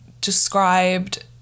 described